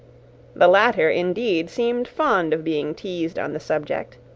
the latter, indeed, seemed fond of being teased on the subject,